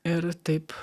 ir taip